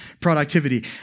productivity